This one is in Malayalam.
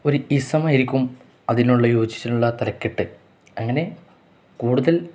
ഒരു ഇസമായിരിക്കും അതിനുള്ള യോജിച്ചിട്ടുള്ള തലക്കെട്ട് അങ്ങനെ കൂടുതൽ